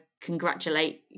congratulate